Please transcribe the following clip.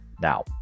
Now